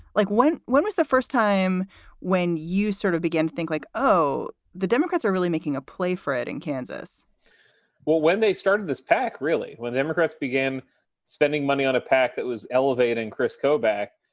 like when when was the first time when you sort of begin to think like, oh, the democrats are really making a play for it in kansas when they started this pack, really when the democrats began spending money on a pac that was elevating kris kobach,